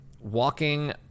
walking